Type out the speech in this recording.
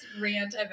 rant